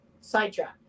sidetrack